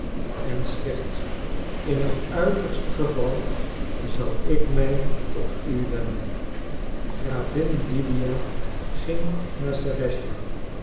en slechts in het uiterste geval zal ik mij tot u wenden gravin lydia ging naar